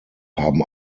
haben